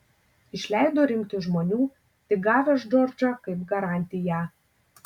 išleido rinkti žmonių tik gavęs džordžą kaip garantiją